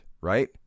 right